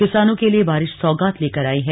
किसानों के लिए बारिश सौगात लेकर आई है